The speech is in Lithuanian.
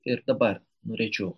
ir dabar norėčiau